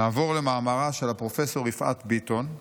נעבור למאמרה של פרופ' יפעת ביטון,